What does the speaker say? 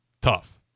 tough